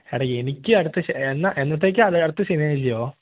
എടാ എനിക്ക് അടുത്ത എന്നാണ് എന്നത്തേക്കാണത് അടുത്ത ശനിയാഴ്ചയോ